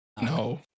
no